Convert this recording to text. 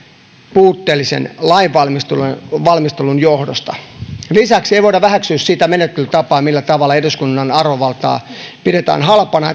puutteellisen lainvalmistelun johdosta lisäksi ei voida vähäksyä sitä menettelytapaa millä tavalla eduskunnan arvovaltaa pidetään halpana